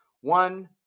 One